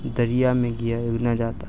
دریا میں گنا جاتا ہے